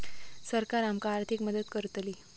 सरकार आमका आर्थिक मदत करतली?